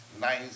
nice